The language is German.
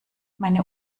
meine